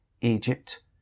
Egypt